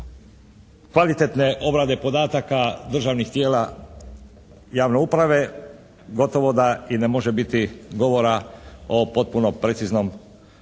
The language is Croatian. kvalitetne obrade podataka državnih tijela javne uprave, gotovo da i ne može biti govora o potpuno preciznom popisu